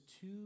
two